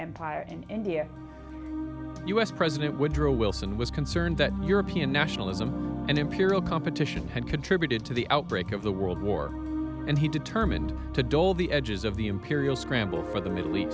us president woodrow wilson was concerned that european nationalism and imperial competition had contributed to the outbreak of the world war and he determined to dull the edges of the imperial scramble for the middle east